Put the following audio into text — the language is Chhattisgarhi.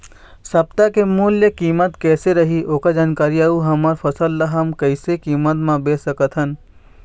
सप्ता के मूल्य कीमत कैसे रही ओकर जानकारी अऊ हमर फसल ला हम कैसे कीमत मा बेच सकत हन?